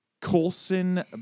Colson